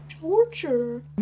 torture